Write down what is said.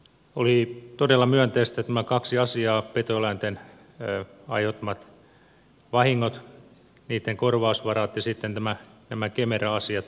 oli todella myönteistä että nämä kaksi asiaa petoeläinten aiheuttamat vahingot niitten korvausvarat ja sitten nämä kemera asiat tässä nyt korjattiin